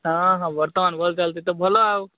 ହଁ ହଁ ବର୍ତ୍ତମାନ ଭଲ୍ ଚାଲିଛି ତ ଭଲ ଆଉ